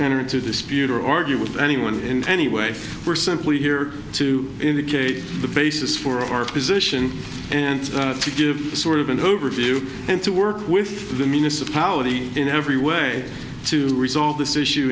enter into dispute or argue with anyone in any way we're simply here to indicate the basis for our position and to give sort of an overview and to work with the municipality in every way to resolve this issue